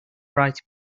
bright